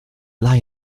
lie